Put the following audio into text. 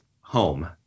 home